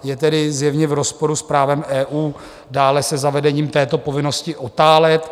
Je tedy zjevně v rozporu s právem EU, dále se zavedením této povinnosti otálet.